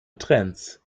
trends